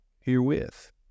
herewith